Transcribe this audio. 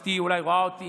אשתי אולי רואה אותי,